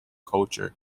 culture